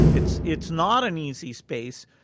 it's it's not an easy space,